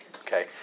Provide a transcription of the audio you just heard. Okay